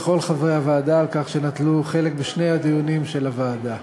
לכל חברי הוועדה על כך שנטלו חלק בשני הדיונים של הוועדה.